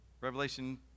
Revelation